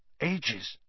Ages